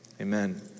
amen